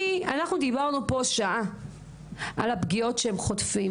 --- דברנו פה על הפגיעות שהן סופגות,